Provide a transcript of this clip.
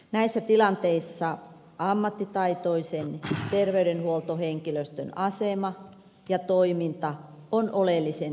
näissä tilanteissa ammattitaitoisen terveydenhuoltohenkilöstön asema ja toiminta on oleellisen tärkeä